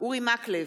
אורי מקלב,